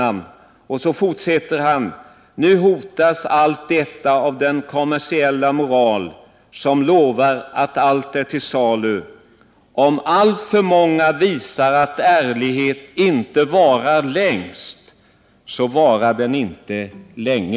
— ”Nu hotas allt detta av den kommersiella moral som lovar att allt är till salu. Om alltför många visar att ärlighet inte varar längst, så varar den inte länge.”